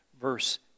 verse